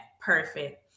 Perfect